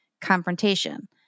confrontation